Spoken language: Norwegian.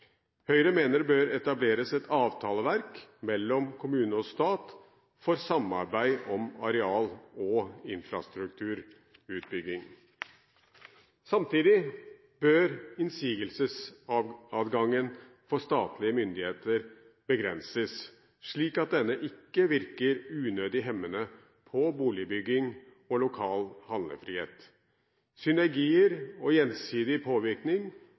Høyre mener at det bør etableres et avtaleverk mellom kommune og stat for samarbeid om areal- og infrastrukturutbygging. Samtidig bør innsigelsesadgangen for statlige myndigheter begrenses, slik at denne ikke virker unødig hemmende på boligbygging og lokal handlefrihet. Synergier og gjensidig påvirkning